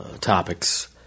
topics